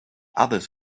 others